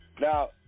Now